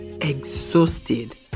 exhausted